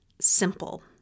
simple